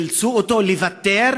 אילצו אותו לוותר,